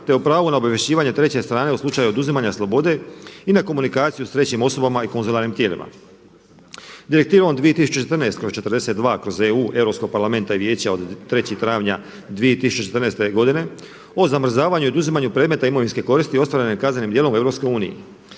te o pravu na obavješćivanje treće strane u slučaju oduzimanja slobode i na komunikaciju sa trećim osobama i konzularnim tijelima. Direktivom 2014/42/EU Europskog parlamenta i vijeća od 3. travnja 2014. godine o zamrzavanju i oduzimanju predmeta imovinske koristi i … kaznenim dijelom u EU